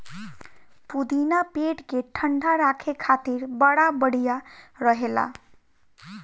पुदीना पेट के ठंडा राखे खातिर बड़ा बढ़िया रहेला